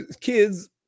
kids